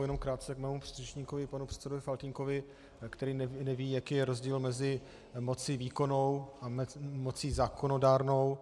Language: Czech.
Jenom krátce k mému předřečníkovi panu předsedovi Faltýnkovi, který neví, jaký je rozdíl mezi mocí výkonnou a mocí zákonodárnou.